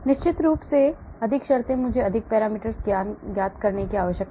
निश्चित रूप से अधिक शर्तें मुझे अधिक पैरामीटर ज्ञात करने की आवश्यकता है